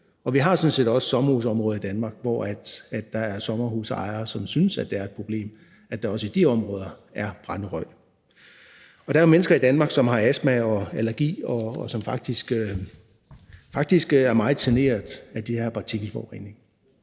Og vi har sådan set også sommerhusområder i Danmark, hvor der er sommerhusejere, som synes, at det er et problem, at der også i de områder er brænderøg. Der er jo mennesker i Danmark, som har astma og allergi, og som faktisk er meget generet af den her partikelforurening.